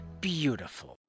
beautiful